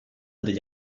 degli